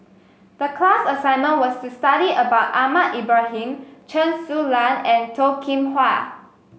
the class assignment was to study about Ahmad Ibrahim Chen Su Lan and Toh Kim Hwa